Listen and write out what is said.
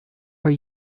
are